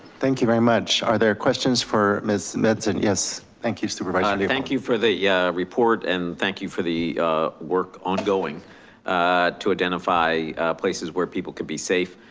thank you very much. are there questions for ms. metzen? yes, thank you, supervisor. thank you for the yeah report and thank you for the work ongoing to identify places where people can be safe,